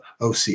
OC